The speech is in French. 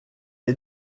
est